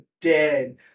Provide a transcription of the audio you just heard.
dead